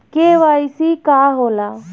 KYC का होला?